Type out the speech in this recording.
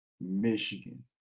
Michigan